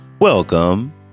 Welcome